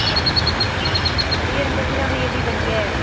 ம் அப்படியே இருந்துச்சுன்னால் அப்போ எப்படி படிக்க